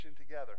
together